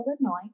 Illinois